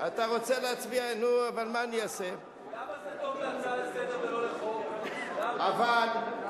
למה זה טוב להצעה לסדר-היום ולא לחוק, למה?